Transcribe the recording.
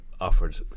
offered